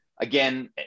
again